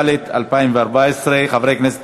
התשע"ד 2014. חברי הכנסת,